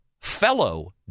Fellow